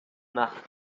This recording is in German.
nach